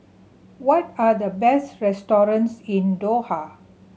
what are the best restaurants in Doha